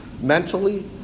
mentally